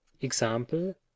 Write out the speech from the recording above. Example